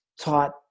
taught